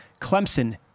Clemson